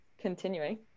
continuing